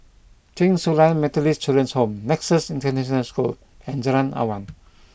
Chen Su Lan Methodist Children's Home Nexus International School and Jalan Awan